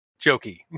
jokey